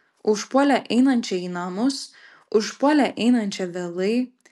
užpuolė einančią į namus užpuolė einančią vėlai